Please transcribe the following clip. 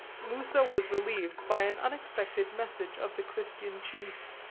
musa was relieved by an unexpected message of the christian chief,